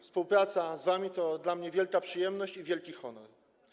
Współpraca z wami to dla mnie wielka przyjemność i wielki honor.